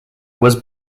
was